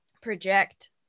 project